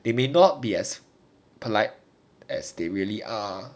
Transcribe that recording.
they may not be as polite as they really are